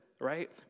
right